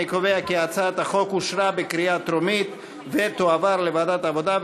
אני קובע כי הצעת החוק אושרה בקריאה טרומית ותועבר לוועדת העבודה,